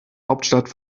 hauptstadt